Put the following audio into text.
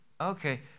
Okay